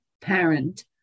parent